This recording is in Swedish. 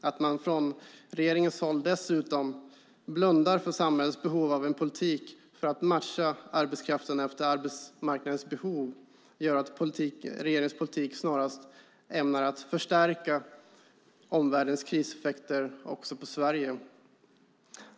Att man från regeringens håll dessutom blundar för samhällets behov av en politik för att matcha arbetskraften efter arbetsmarknadens behov gör att regeringens politik snarast är ämnad att förstärka omvärldens kriseffekter också på Sverige.